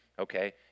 Okay